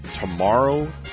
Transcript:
tomorrow